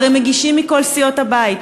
הרי מגישים מכל סיעות הבית,